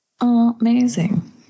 Amazing